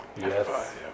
Yes